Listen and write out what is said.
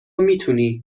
میتونی